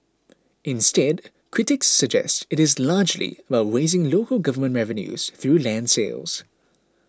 instead critics suggest it is largely about raising local government revenues through land sales